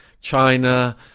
China